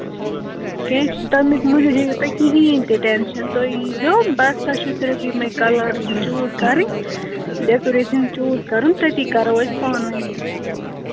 کیٚنٛہہ چھُنہٕ تَمیُک مہ ہیٚیِو تُہۍ کِہیٖنۍ تہِ ٹٮ۪نشَن تُہۍ یی زیو بَس تۄہہِ چھُو صِرف یِمَے کَلَر چوٗز کَرٕنۍ ڈیکُریشَن چوٗز کَرُن تٔتی کَرو أسۍ پانہٕ ؤنۍ